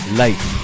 life